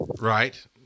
Right